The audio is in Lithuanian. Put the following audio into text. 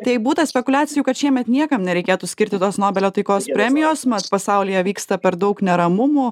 tai būta spekuliacijų kad šiemet niekam nereikėtų skirti tos nobelio taikos premijos mat pasaulyje vyksta per daug neramumų